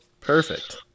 Perfect